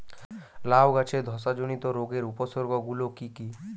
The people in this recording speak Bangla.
লাউ গাছের ধসা জনিত রোগের উপসর্গ গুলো কি কি?